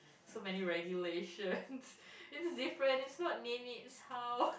so many regulations this is different it's not nenek house